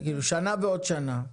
שנה ועוד שנה.